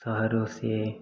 शहरों से